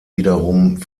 wiederum